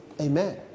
Amen